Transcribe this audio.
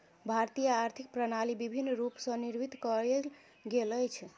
भारतीय आर्थिक प्रणाली विभिन्न रूप स निर्मित कयल गेल अछि